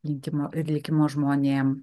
likimo ir likimo žmonėm